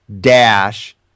dash